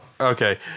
okay